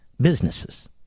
Businesses